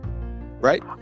right